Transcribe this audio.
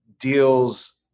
deals